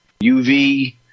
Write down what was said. UV